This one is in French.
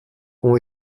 ont